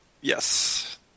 Yes